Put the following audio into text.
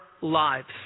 lives